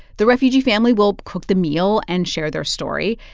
the refugee family will cook the meal and share their story,